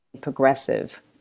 progressive